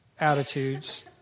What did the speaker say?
attitudes